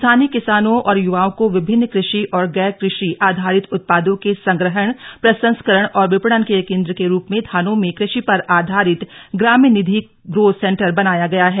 स्थानीय किसानों और युवाओं को विभिन्न कृषि और गैर कृषि आधारित उत्पादों के संग्रहण प्रसंस्करण और विपणन केन्द्र के रूप में थानों में कृषि पर आधारित ग्राम्यनिधि ग्रोथ सेंटर बनाया गया है